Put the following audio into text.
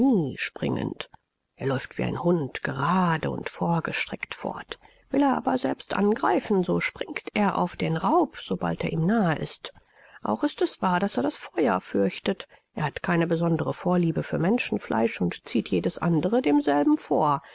er läuft wie ein hund gerade und vorgestreckt fort will er aber selbst angreifen so springt er auf den raub sobald er ihm nahe ist auch ist es wahr daß er das feuer fürchtet er hat keine besondere vorliebe für menschenfleisch und zieht jedes andere demselben vor